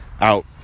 Out